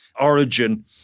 origin